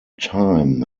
time